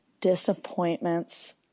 Disappointments